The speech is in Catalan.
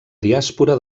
diàspora